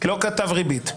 לא כתב "ריבית"?